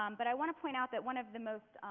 um but i want to point out that one of the most,